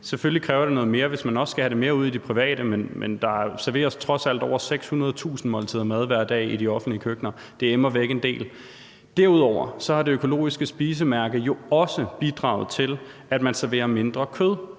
selvfølgelig kræver noget mere, hvis man også skal have det mere ud i det private, men der serveres trods alt over 600.000 måltider mad hver dag i de offentlige køkkener. Det er immer væk en del. Derudover har Det Økologiske Spisemærke jo også bidraget til, at man serverer mindre kød